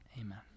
Amen